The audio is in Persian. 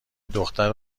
دختر